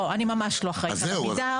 לא, אני ממש לא אחראית על עמידר.